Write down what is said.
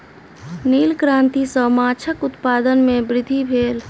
नील क्रांति सॅ माछक उत्पादन में वृद्धि भेल